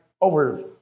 over